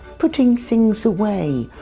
putting things away,